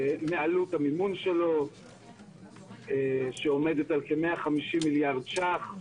שעלותו הכללית היא כ-150 מיליארדי שקלים.